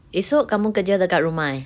esok kamu kerja dekat rumah eh